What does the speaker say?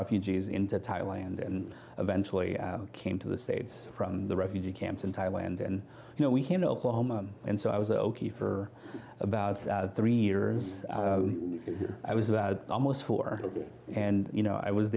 refugees into thailand and eventually came to the states from the refugee camps in thailand and you know we came to oklahoma and so i was ok for about three years i was about almost four and you know i was